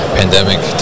pandemic